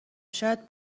شاید